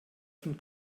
von